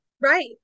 Right